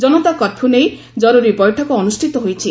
ଜନତା curfew ନେଇ ଜରୁରୀ ବୈଠକ ଅନୁଷିତ ହୋଇଛି